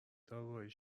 داروهای